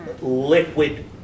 liquid